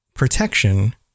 protection